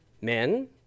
men